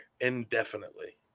indefinitely